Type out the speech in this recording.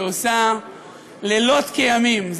שעושה לילות כימים,